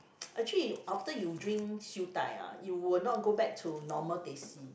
actually after you drink Siew Dai ah you will not go back to normal Teh C